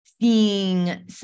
seeing